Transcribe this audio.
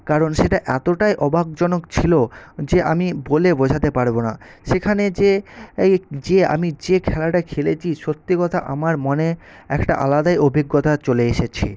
কারণ সেটা এতটাই অবাকজনক ছিল যে আমি বলে বোঝাতে পারব না সেখানে যে এই যে আমি যে খেলাটা খেলেছি সত্যি কথা আমার মনে একটা আলাদাই অভিজ্ঞতা চলে এসেছে